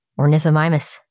Ornithomimus